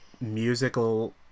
musical